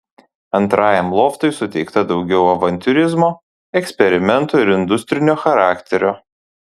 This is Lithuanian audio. antrajam loftui suteikta daugiau avantiūrizmo eksperimentų ir industrinio charakterio